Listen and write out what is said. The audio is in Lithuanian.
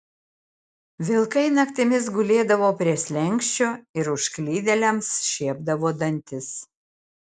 vilkai naktimis gulėdavo prie slenksčio ir užklydėliams šiepdavo dantis